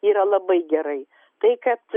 yra labai gerai tai kad